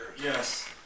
Yes